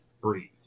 breathe